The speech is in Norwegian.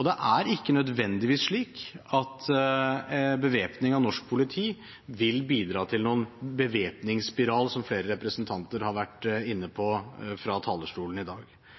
Det er ikke nødvendigvis slik at bevæpning av norsk politi vil bidra til noen bevæpningsspiral, som flere representanter har vært inne på fra talerstolen i dag.